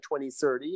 2030